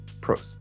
Pros